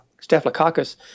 staphylococcus